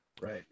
Right